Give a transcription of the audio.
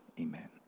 Amen